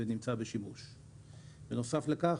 בנוסף לכך,